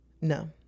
No